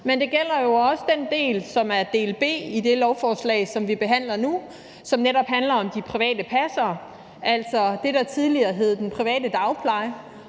Men det gælder jo også den del, som er del B i dette lovforslag, som vi behandler nu, og som netop handler om de private passere, altså det, der tidligere hed den private dagpleje,